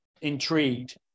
intrigued